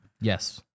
Yes